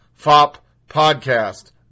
FOPpodcast